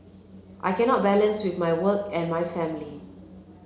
I can not balance with my work and my family